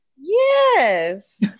Yes